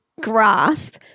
grasp